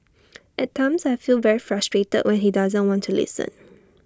at times I feel very frustrated when he doesn't want to listen